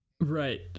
Right